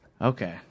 Okay